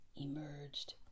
emerged